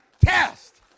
test